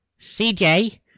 CJ